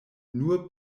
nur